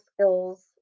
skills